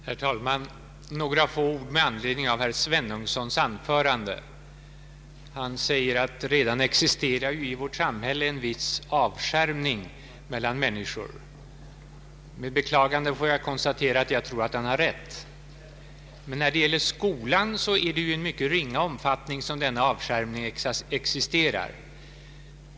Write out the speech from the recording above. Herr talman! Jag vill säga några ord med anledning av herr Svenungssons anförande. Herr Svenungsson förklarar att det i vårt samhälle redan existerar en viss avskärmning mellan människor. Med beklagande får jag konstatera att jag tror att han har rätt. Men när det gäller skolan är det i en mycket ringa omfattning som denna avskärmning existerar.